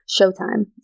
Showtime